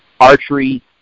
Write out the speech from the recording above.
archery